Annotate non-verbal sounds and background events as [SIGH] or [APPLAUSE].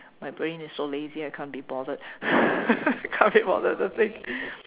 my brain is so lazy I can't be bothered [LAUGHS] I can't be bothered to think